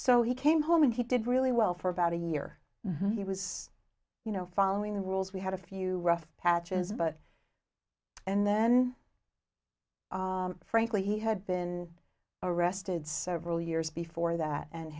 so he came home and he did really well for about a year he was you know following the rules we had a few rough patches but and then frankly he had been arrested several years before that and